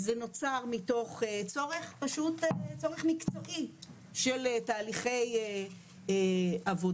זה נוצר מתוך צורך פשוט צורך מקצועי של תהליכי עבודה,